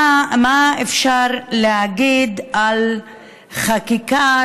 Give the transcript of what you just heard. מה אפשר להגיד על חקיקה,